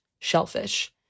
shellfish